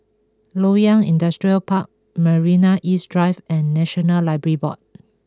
Loyang Industrial Park Marina East Drive and National Library Board